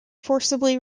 forcibly